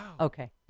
Okay